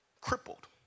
crippled